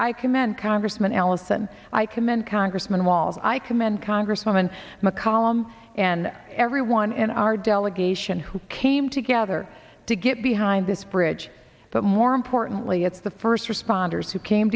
i commend congressman ellison i commend congressman walz i commend congresswoman mccollum and everyone in our delegation who came together to get behind this bridge but more importantly it's the first responders who came